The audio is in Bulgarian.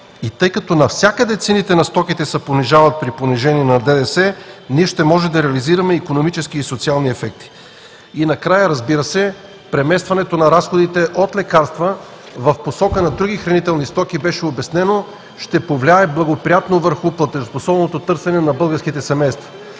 Тъй като навсякъде цените на стоките се понижават при понижение на ДДС, ние ще можем да реализираме икономически и социални ефекти. Разбира се, преместването на разходите от лекарства в посока на други хранителни стоки беше обяснено, че ще повлияе благоприятно върху платежоспособното търсене на българските семейства.